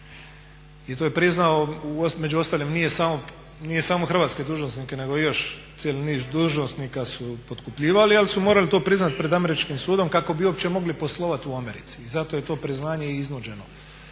I to je priznao među ostalim nije samo hrvatske dužnosnike, nego još cijeli niz dužnosnika su potkupljivali ali su to morali priznati pred američkim sudom kako bi uopće mogli poslovati u Americi. I zato je to priznanje i iznuđeno